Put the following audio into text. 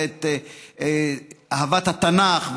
ואת אהבת התנ"ך,